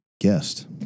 guest